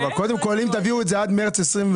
קודם כל, אם תביאו את זה עד מרץ 2023,